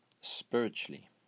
spiritually